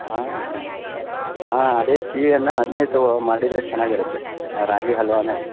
ಹಾಂ ಹಾಂ ಅದೇ ಸಿಹಿಯನ್ನು ಅದನ್ನೇ ತೊ ಮಾಡಿದರೆ ಚೆನ್ನಾಗಿರುತ್ತೆ ರಾಗಿ ಹಲ್ವಾನೆ